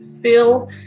feel